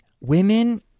women